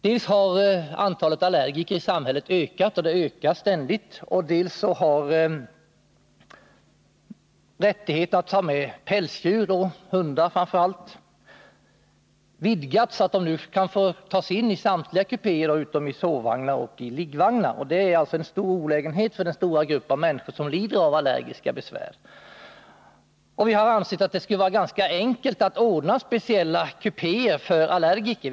Dels har antalet allergiker ökat, och det ökar ständigt, dels har rättigheten att ta med pälsdjur, framför allt hundar, vidgats så att de nu kan få tas in i samtliga kupéer utom i sovvagnar och liggvagnar. Det är en betydande olägenhet för den stora grupp människor som lider av allergiska besvär. Vi har ansett att det borde vara enkelt att ordna speciella kupéer för allergiker.